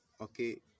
okay